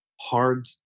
hard